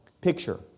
picture